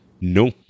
No